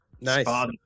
Nice